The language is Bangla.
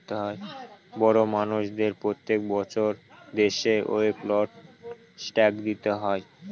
বড় মানষদের প্রত্যেক বছর দেশের ওয়েলথ ট্যাক্স দিতে হয়